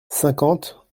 cinquante